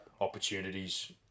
Opportunities